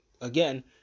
Again